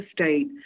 state